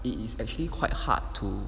it is actually quite hard to